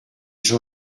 jean